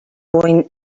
going